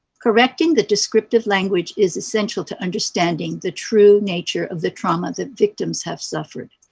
correcting the descriptive language is essential to understanding the true nature of the trauma that victims have suffered.